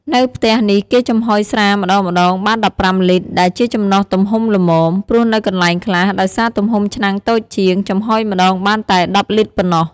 នៅផ្ទះនេះគេចំហុយស្រាម្តងៗបាន១៥លីត្រ ដែលជាចំណុះទំហំល្មម ព្រោះនៅកន្លែងខ្លះ ដោយសារទំហំឆ្នាំងតូចជាង ចំហុយម្តងបានតែ១០លីត្រប៉ុណ្ណោះ។